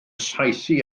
saethu